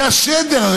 זה השדר.